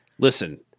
Listen